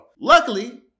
Luckily